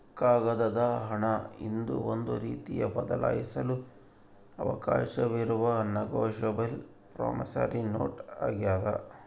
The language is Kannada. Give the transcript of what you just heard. ಕಾಗದದ ಹಣ ಇದು ಒಂದು ರೀತಿಯ ಬದಲಾಯಿಸಲು ಅವಕಾಶವಿರುವ ನೆಗೋಶಬಲ್ ಪ್ರಾಮಿಸರಿ ನೋಟ್ ಆಗ್ಯಾದ